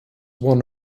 won